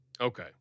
Okay